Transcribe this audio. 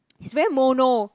he's very mono